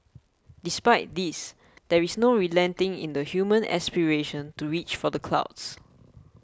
despite this there is no relenting in the human aspiration to reach for the clouds